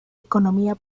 economía